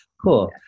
cool